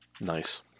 Nice